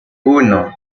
uno